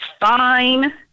fine